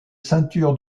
ceintures